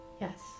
Yes